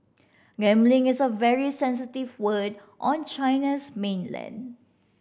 gambling is a very sensitive word on China's mainland